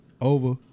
over